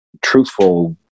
truthful